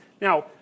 Now